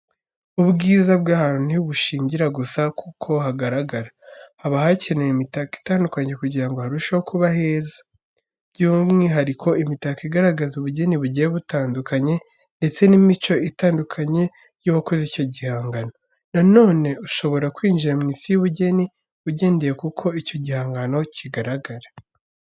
Ubwiza bw'ahantu ntibushingira gusa k'uko hagaragara. Haba hakenewe imitako itandukanye kugira ngo harusheho kuba heza. Byumwihariko imitako igaragaza ubugeni bugiye butandukanye ndetse n'imico itandukanye y'uwakoze icyo gihangano. Na none ushobora kwinjira mu isi y'ubugeni ugendeye k'uko icyo gihangano kigaragara.